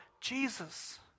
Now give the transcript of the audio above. Jesus